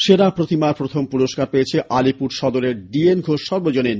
সেরা প্রতিমার প্রথম পুরস্কার পেয়েছে আলিপুর সদরের ডিএন ঘোষ সর্বজনীন